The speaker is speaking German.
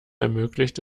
ermöglicht